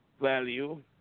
value